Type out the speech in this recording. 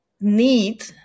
need